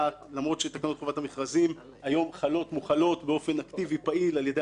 למרות שתקנות חובת המכרזים היום מוחלות באופן אקטיבי על-ידי הממונה.